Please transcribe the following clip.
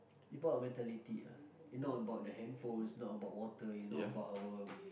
it about mentality ah it not about the handphones not about water not about our